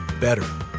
better